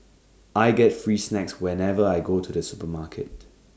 I get free snacks whenever I go to the supermarket